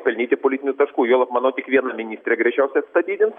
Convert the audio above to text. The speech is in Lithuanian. pelnyti politinių taškų juolab manau tik vieną ministrę greičiausiai atstatydins